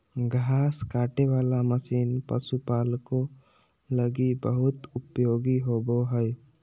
घास काटे वाला मशीन पशुपालको लगी बहुत उपयोगी होबो हइ